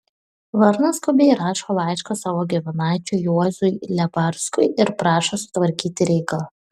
varnas skubiai rašo laišką savo giminaičiui juozui leparskui ir prašo sutvarkyti reikalą